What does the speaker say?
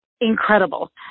incredible